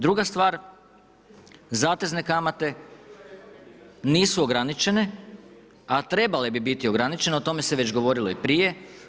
Druga stvar, zatezne kamate nisu ograničene, a trebale bi biti ograničene, o tome se već govorilo i prije.